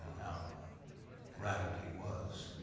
how rattled he was.